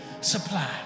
supply